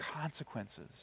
consequences